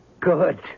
Good